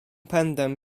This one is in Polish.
pędem